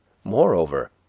moreover,